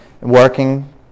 working